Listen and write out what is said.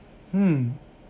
hmm